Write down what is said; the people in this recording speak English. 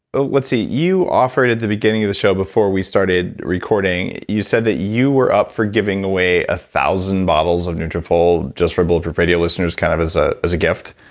let's see. you offered, at the beginning of the show before we started recording you said that you were up for giving away a thousand bottles of nutrafol just for bulletproof radio listeners, kind of as ah as a gift,